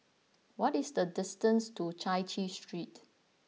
what is the distance to Chai Chee Street